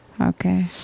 Okay